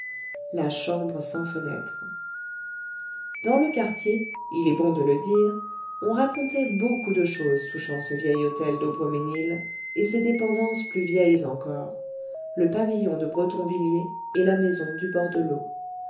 la chambre sans fenêtres dans le quartier il est bon de le dire on racontait beaucoup de choses touchant ce vieil hôtel d'aubremesnil et ses dépendances plus vieilles encore le pavillon de bretonvilliers et la maison du bord de l'eau